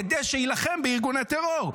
כדי שיילחם בארגוני טרור.